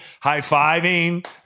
high-fiving